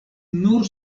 nur